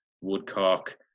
Woodcock